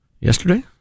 yesterday